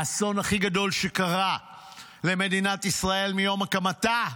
האסון הכי גדול שקרה למדינת ישראל מיום הקמתה,